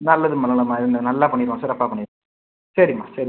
நல்லதும்மா நல்லதும்மா இது நல்லா பண்ணிடலாம் சிறப்பாக பண்ணி சரிம்மா சரி